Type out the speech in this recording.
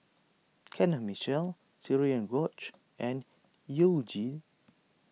Kenneth Mitchell Cherian George and You Jin